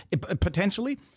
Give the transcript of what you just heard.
potentially